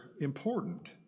important